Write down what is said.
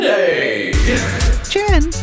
Jen